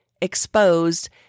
exposed